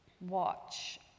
watch